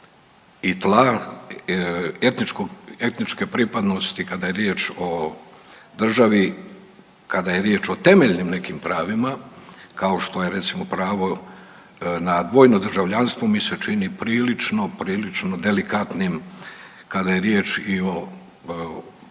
i tla, etničke pripadnosti kada je riječ o državi, kada je riječ o temeljnim nekim pravima, kao što je recimo pravo na dvojno državljanstvo mi se čini prilično, prilično delikatnim kada je riječ i o